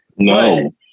No